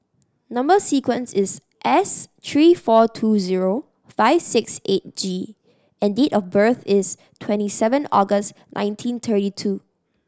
number sequence is S three four two zero five six eight G and date of birth is twenty seven August nineteen thirty two